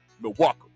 Milwaukee